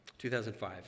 2005